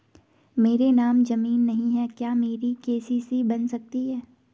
मेरे नाम ज़मीन नहीं है क्या मेरी के.सी.सी बन सकती है?